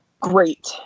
great